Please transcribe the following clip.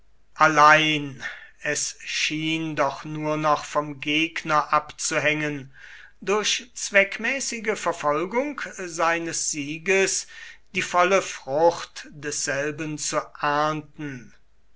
allein es schien doch nur von dem gegner abzuhängen durch zweckmäßige verfolgung seines sieges die volle frucht desselben zu ernten